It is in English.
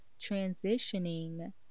transitioning